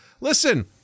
listen